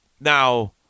Now –